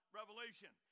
revelation